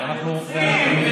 הנוצרים,